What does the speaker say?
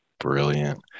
brilliant